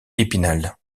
épinal